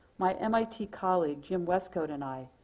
my mit colleague jim westcott and i,